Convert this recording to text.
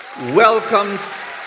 welcomes